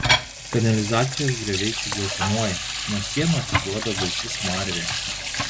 kanalizacijos grioviai čia geltonuoja nuo sienų atsiduoda baisi smarvė